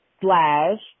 slash